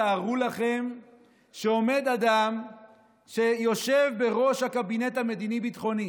תארו לכם שעומד אדם שיושב בראש הקבינט המדיני-ביטחוני